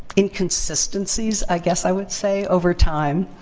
inconsistencies, i guess i would say, over time.